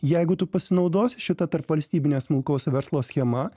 jeigu tu pasinaudosi šita tarpvalstybine smulkaus verslo schema